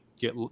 get